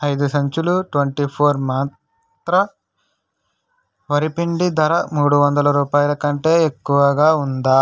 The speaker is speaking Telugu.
ఐదు సంచులు ట్వెంటీ ఫోర్ మంత్ర వరిపిండి ధర మూడు వందల రూపాయలకంటే ఎక్కువగా ఉందా